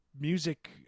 music